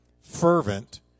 fervent